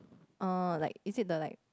oh like is it the like